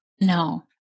No